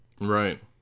Right